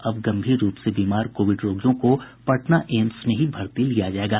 अब गंभीर रूप से बीमार कोविड रोगियों को पटना एम्स में ही भर्ती लिया जायेगा